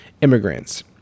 Immigrants